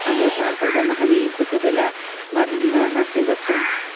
हाम्रो चाडपर्वमा हामी कोही कोही बेला मारुनीमा नाच्ने गर्छौँ